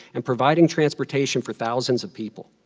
and providing transportation for thousands of people.